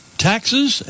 taxes